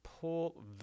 pull